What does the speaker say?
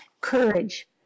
Courage